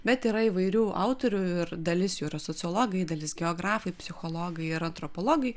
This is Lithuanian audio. bet yra įvairių autorių ir dalis jų yra sociologai dalis geografai psichologai ir antropologai